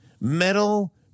metal